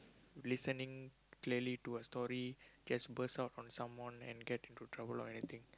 listening clearly to a story just burst out on someone and get into trouble or anything